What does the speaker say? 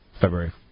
February